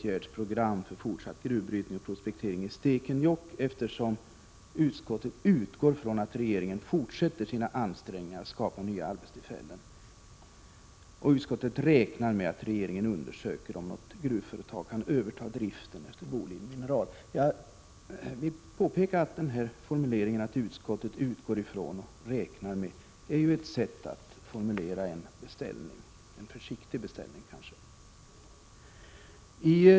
gruvbrytning och prospektering i Stekenjokk, eftersom utskottet utgår ifrån att regeringen fortsätter sina ansträngningar att skapa nya arbetstillfällen, och utskottet räknar med att regeringen undersöker om något gruvföretag kan överta driften efter Boliden Mineral. Jag vill påpeka att formuleringen utskottet ”utgår ifrån” och ”räknar med” är ett sätt att formulera en försiktig beställning.